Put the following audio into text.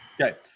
Okay